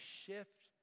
shift